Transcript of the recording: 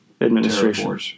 administration